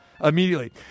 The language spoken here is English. immediately